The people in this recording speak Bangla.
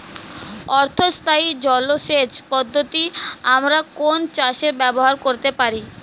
অর্ধ স্থায়ী জলসেচ পদ্ধতি আমরা কোন চাষে ব্যবহার করতে পারি?